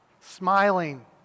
smiling